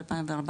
ב-2014.